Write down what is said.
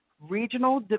regional